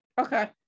Okay